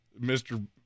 Mr